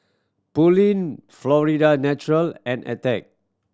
Pureen Florida Natural and Attack